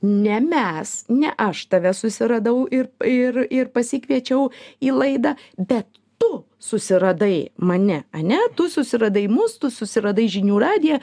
ne mes ne aš tave susiradau ir ir ir pasikviečiau į laidą bet tu susiradai mane ane tu susiradai mus tu susiradai žinių radiją